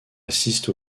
assiste